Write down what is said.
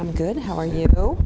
i'm good how are you know